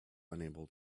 unable